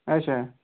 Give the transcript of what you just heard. اچھا